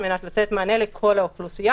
על מנת לתת מענה לכל האוכלוסייה,